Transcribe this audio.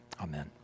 Amen